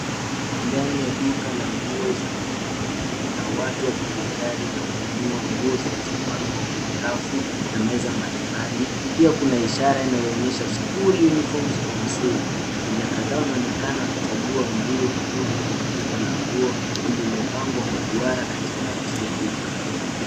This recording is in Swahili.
Ndani ya duka la nguo za mitumba, na watu wakivinjari wakinunua nguo zilizopangwa kwenye rafu na meza mbali mbali. Pia kuna ishara inayoonyesha School Uniforms on sale . Wateja kadhaa wanaonekana wakichagua nguo kutoka kwenye rundo la nguo, lililopangwa kwa duara katikati ya duka.